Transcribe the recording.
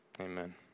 Amen